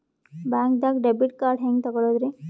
ಬ್ಯಾಂಕ್ದಾಗ debit card ಹೆಂಗ್ ತಗೊಳದ್ರಿ?